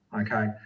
Okay